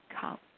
count